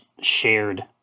shared